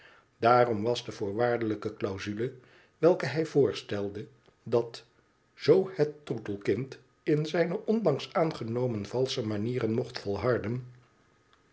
daarom was de voorwaardelijke dausule welke hij voorstelde dat zoo het troetelkind in zijne onlangs aangenomen valsche manieren mocht volharden